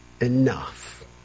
enough